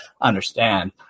understand